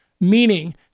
meaning